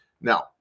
Now